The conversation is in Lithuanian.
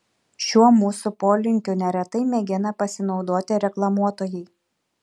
šiuo mūsų polinkiu neretai mėgina pasinaudoti reklamuotojai